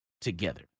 together